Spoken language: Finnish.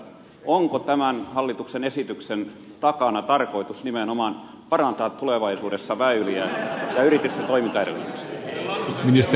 onko tämän hallituksen esityksen takana tarkoitus nimenomaan parantaa tulevaisuudessa väyliä ja yritysten toimintaedellytyksiä